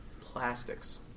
plastics